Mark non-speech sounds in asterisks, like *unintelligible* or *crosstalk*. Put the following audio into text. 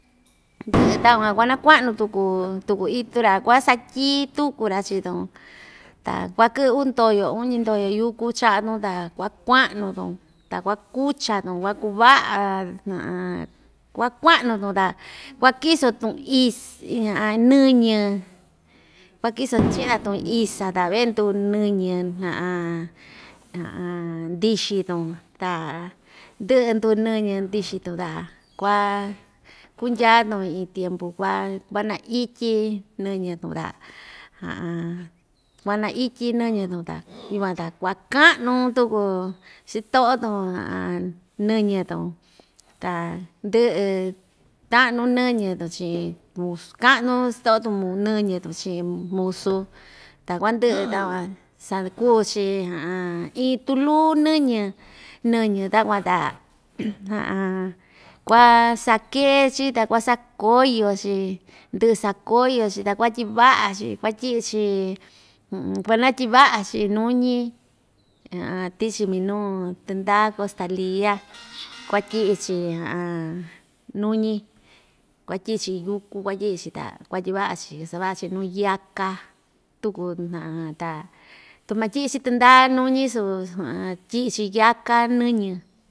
*noise* ndɨ'ɨ takuan kuanakua'nu tuku tuku itu‑ra kuasatyii tuku‑ra chii‑tun ta kuakɨ'ɨ uu ndoyo uñi ndoyo yúku cha'a‑tun ta kuakua'nu‑tun ta kuakucha‑tun kuaku va'a *hesitation* kuakua'nu‑tun ta kuakiso‑tun is *hesitation* nɨñɨ kuakiso *noise* *unintelligible* isa ta vee‑ndu nɨñɨ *hesitation* ndixi‑tun ta ndɨ'ɨ nduu nɨñɨ ndixi‑tun ta kua kundyaa‑tun iin tiempu kua kuanaityi nɨñɨ‑tun ta *hesitation* kuanaityi nɨñɨ‑tun ta yukuan ta kuaka'nu tuku chito'o‑tun *hesitation* nɨñɨ‑tun ta ndɨ'ɨ ta'nu nɨñɨ‑tun chi'in mus ka'nu sto'o‑tun nɨñɨ‑tun chi'in musu ta kuandɨ'ɨ *noise* takuan sa'a kuu‑chi *hesitation* iin tulú nɨñɨ nɨñɨ takuan ta *noise* *hesitation* kuasaké‑chi ta kuasakoyo‑chi ndɨ'ɨ sakóyo‑chi ta kuatyi'i va'a‑chi kuatyi'i‑chi *hesitation* kuanatyi'i va'a‑chi nuñi *hesitation* tichi minu tɨndaa costalia *noise* kuatyi'i‑chi *hesitation* nuñi kuatyi'i‑chi nuñi kuatyi'i‑chi yúku kuatyi'i‑chi ta kuatyiva'a‑chi sava'a‑chi nuu yaká tuku *hesitation* ta tu matyi'i‑chi tɨndaa nuñi su *hesitation* tyi'i‑chi yaká nɨñɨ.